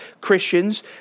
Christians